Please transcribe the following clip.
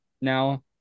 now